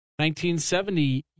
1970